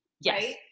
yes